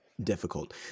difficult